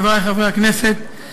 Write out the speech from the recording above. חברי חברי הכנסת,